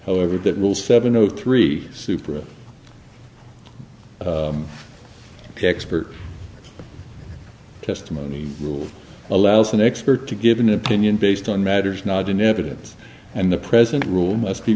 however that will seven o three super pacs per testimony rule allows an expert to give an opinion based on matters not in evidence and the present rule must be